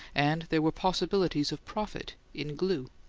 and there were possibilities of profit in glue.